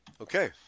Okay